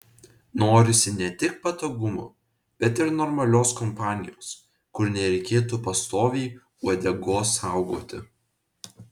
norisi ne tik patogumų bet ir normalios kompanijos kur nereikėtų pastoviai uodegos saugoti